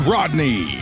Rodney